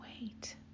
wait